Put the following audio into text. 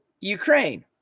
Ukraine